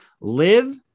Live